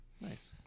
nice